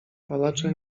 palacze